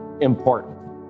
important